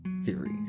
theory